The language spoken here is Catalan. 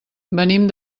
venim